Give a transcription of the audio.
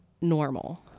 normal